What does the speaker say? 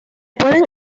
pueden